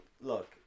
Look